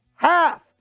Half